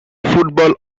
football